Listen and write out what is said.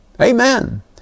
Amen